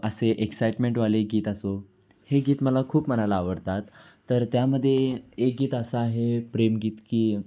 असे एक्साइटमेंटवाले गीत असो हे गीत मला खूप म्हणायला आवडतात तर त्यामध्ये एक गीत असं आहे प्रेमगीत की